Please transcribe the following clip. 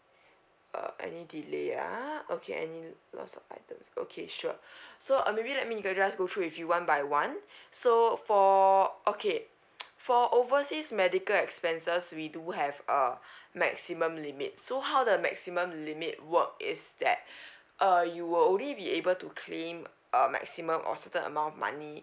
uh delay ah okay any lost of items okay sure so uh maybe let me ga~ just go through with you one by one so for okay for overseas medical expenses we do have a maximum limit so how the maximum limit work is that uh you will only be able to claim uh maximum or certain amount of money